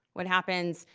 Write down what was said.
what happens,